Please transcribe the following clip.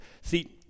See